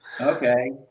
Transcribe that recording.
Okay